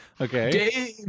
Okay